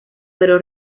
pero